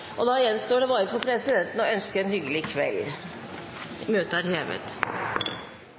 ikke. Da gjenstår det bare for presidenten å ønske alle en hyggelig kveld. – Møtet er hevet.